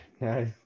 No